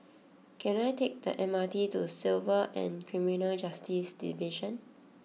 can I take the M R T to Civil and Criminal Justice Division